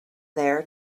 there